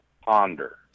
ponder